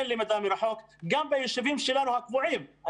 אין למידה מרחוק גם ביישובים שלנו הקבועים.